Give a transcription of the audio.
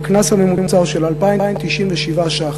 והקנס הממוצע הוא של 2,097 ש"ח.